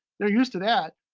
they're used to that.